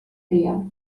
cria